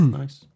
nice